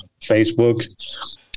facebook